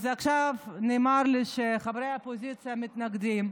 אז עכשיו נאמר לי שחברי האופוזיציה מתנגדים,